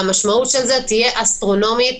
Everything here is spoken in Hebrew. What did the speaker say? המשמעות של זה תהיה אסטרונומית.